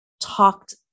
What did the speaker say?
talked